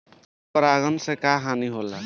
पर परागण से क्या हानि होईला?